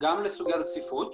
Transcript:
גם לעניין הצפיפות